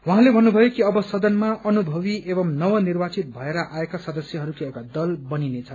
उहाँले भन्नुभयो कि अन सदनमा अनुभवी एवं नवनिर्वाचित भएर आएका सदस्यहरूको एउटा दल बत्रिनेछ